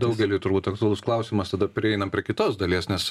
daugeliui turbūt aktualus klausimas tada prieinam prie kitos dalies nes